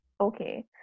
Okay